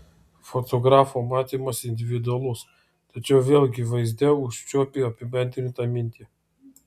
fotografo matymas individualus tačiau vėlgi vaizde užčiuopi apibendrintą mintį